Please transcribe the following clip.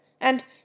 and